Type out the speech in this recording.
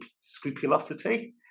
scrupulosity